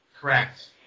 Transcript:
Correct